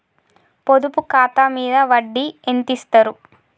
పొదుపు ఖాతా మీద వడ్డీ ఎంతిస్తరు?